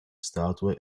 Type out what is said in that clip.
statue